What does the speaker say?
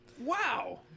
Wow